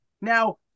Now